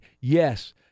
Yes